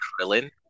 Krillin